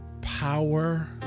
power